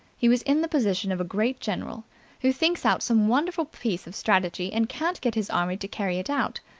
he was in the position of a great general who thinks out some wonderful piece of strategy and can't get his army to carry it out.